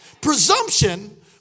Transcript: Presumption